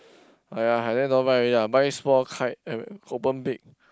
!aiya! like that don't want buy already ah buy small kite eh open big